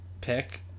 pick